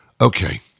okay